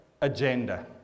agenda